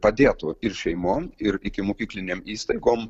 padėtų ir šeimom ir ikimokyklinėm įstaigom